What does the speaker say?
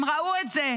הם ראו את זה.